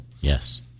Yes